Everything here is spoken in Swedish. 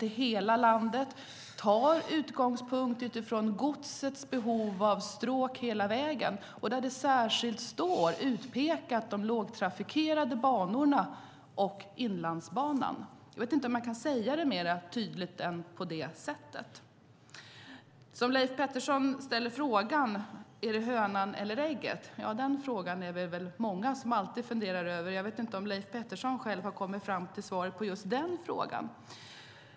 Trafikverket ska ta sin utgångspunkt utifrån godsets behov av stråk som går hela vägen. Där pekas särskilt ut de lågtrafikerade banorna och Inlandsbanan. Jag vet inte om jag kan säga detta mer tydligt än så. Leif Pettersson undrar om det är hönan eller ägget. Den frågan är det många som funderar över. Jag vet inte om Leif Pettersson själv har kommit fram till svaret på den frågan.